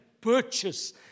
purchase